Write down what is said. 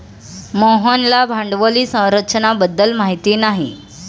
मोहनला भांडवली संरचना बद्दल माहिती नाही